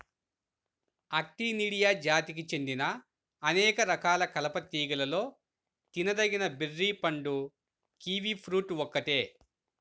Actinidia జాతికి చెందిన అనేక రకాల కలప తీగలలో తినదగిన బెర్రీ పండు కివి ఫ్రూట్ ఒక్కటే